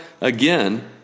again